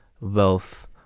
wealth